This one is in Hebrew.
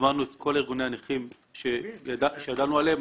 הזמנו את כל ארגוני הנכים שידענו עליהם.